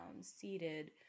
seated